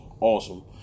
awesome